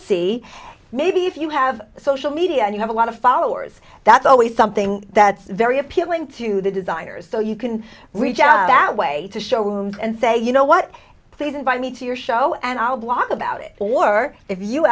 see maybe if you have social media and you have a lot of followers that's always something that's very appealing to the designers so you can reach out that way to showrooms and say you know what please invite me to your show and i'll blog about it or if you